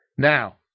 Now